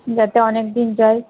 যাতে অনেকদিন যায়